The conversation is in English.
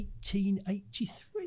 1883